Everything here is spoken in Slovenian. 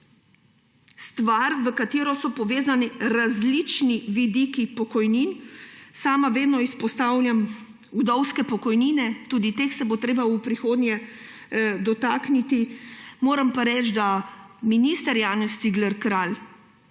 stvar, v katero so povezani različni vidiki pokojnin. Sama vedno izpostavljam vdovske pokojnine. Tudi teh se bo treba v prihodnje dotakniti. Moram pa reči, da minister Janez Cigler Kralj